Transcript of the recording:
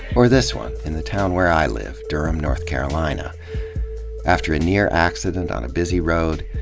or this one, in the town where i live, durham, north carolina after a near-accident on a busy road,